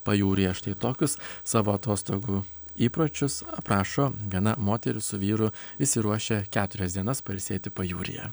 pajūryje štai tokius savo atostogų įpročius aprašo viena moteris su vyru išsiruošę keturias dienas pailsėti pajūryje